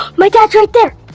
my dad's right there!